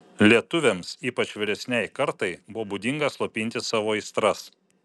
lietuviams ypač vyresnei kartai buvo būdinga slopinti savo aistras